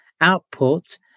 output